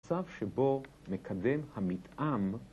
מצב שבו מקדם המתאם